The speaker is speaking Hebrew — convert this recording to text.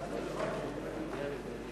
תודה רבה.